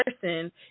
person